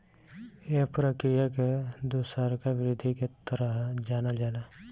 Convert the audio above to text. ए प्रक्रिया के दुसरका वृद्धि के तरह जानल जाला